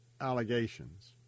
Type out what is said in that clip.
allegations